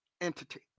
entity